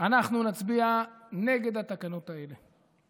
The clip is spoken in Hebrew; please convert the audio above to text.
אנחנו נצביע נגד התקנות האלה,